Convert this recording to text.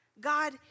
God